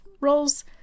roles